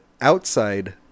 outside